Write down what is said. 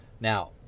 Now